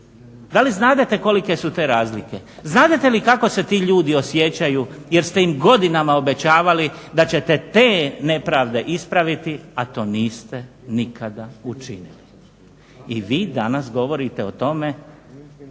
Da li znadete kolike su te razlike? Znadete li kako se ti ljudi osjećaju jer ste im godinama obećavali da ćete te nepravde ispraviti, a to niste nikada učinili. I vi danas govorite o tome